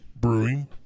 Brewing